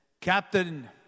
Captain